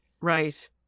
Right